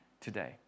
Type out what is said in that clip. today